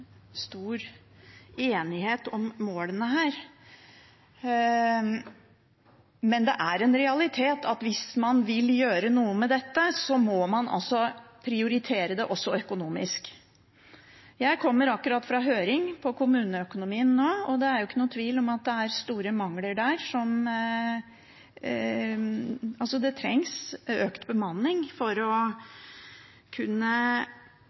stor enighet om målene, men det er en realitet at hvis man vil gjøre noe med dette, må man prioritere det også økonomisk. Jeg kommer akkurat fra en høring om kommuneøkonomien nå, og det er ingen tvil om at det er store mangler der – det trengs økt bemanning for at man skal være sikker på at man klarer å